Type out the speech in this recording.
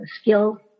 skill